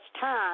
time